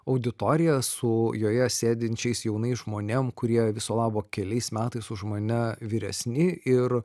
auditorija su joje sėdinčiais jaunais žmonėm kurie viso labo keliais metais už mane vyresni ir